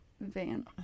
van